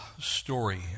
story